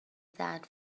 that